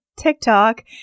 tiktok